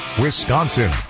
Wisconsin